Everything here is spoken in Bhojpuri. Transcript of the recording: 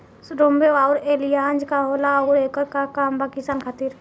रोम्वे आउर एलियान्ज का होला आउरएकर का काम बा किसान खातिर?